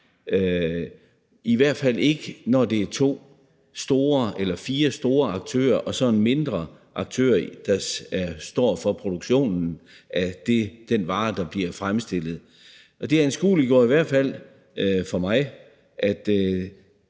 i hvert fald ikke når der er fire store aktører og så en mindre aktør, der står for produktionen af den vare, der bliver fremstillet. Det anskueliggjorde i hvert fald for mig, at